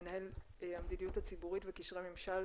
מנהל המדיניות הציבורית וקשרי ממשל,